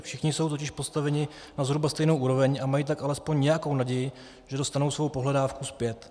Všichni jsou totiž postaveni na zhruba stejnou úroveň a mají tak alespoň nějakou naději, že dostanou svou pohledávku zpět.